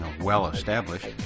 well-established